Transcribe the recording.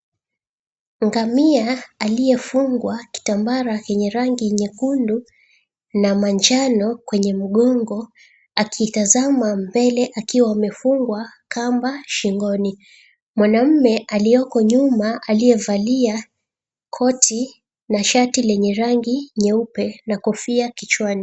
Ngamia aliyefungwa kitambara chenye rangi nyekundu na manjano kwenye mgongo, akiitazama mbele akiwa amefungwa kamba shingoni. Mwanamume aliyeko nyuma aliyevalia koti na shati lenye rangi nyeupe na kofia kichwani.